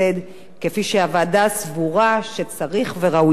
כפי שהוועדה סבורה שצריך וראוי שיהיה.